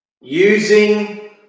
using